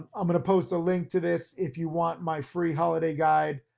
i'm gonna post a link to this if you want my free holiday guide,